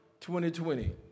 2020